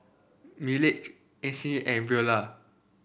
Ryleigh Acy and Veola